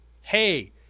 Hey